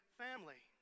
family